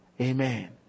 Amen